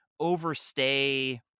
overstay